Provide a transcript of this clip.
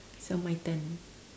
so my turn